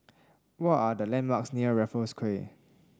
what are the landmarks near Raffles Quay